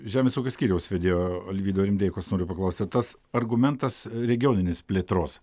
žemės ūkio skyriaus vedėjo alvydo rimdeikos noriu paklausti tas argumentas regioninės plėtros